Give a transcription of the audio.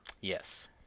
Yes